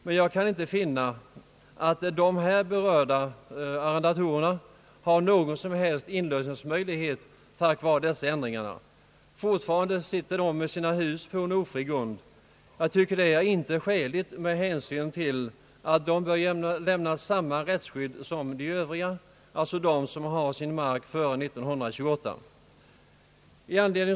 Men jag kan inte finna att de här berörda arrendatorerna har någon som helst inlösningsmöjlighet tack vare dessa ändringar. Fortfarande sitter de med sina hus på ofri grund. Jag tycker inte att det är skäligt med hänsyn till att dem bör lämnas samma rättsskydd som dem som hade sin mark före 1928.